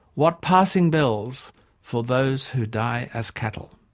what passing-bells for those who die as cattle?